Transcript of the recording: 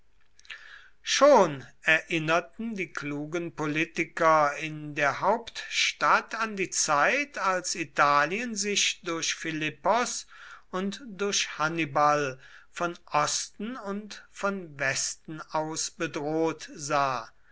schon erinnerten die klugen politiker in der hauptstadt an die zeit als italien sich durch philippos und durch hannibal von osten und von westen aus bedroht sah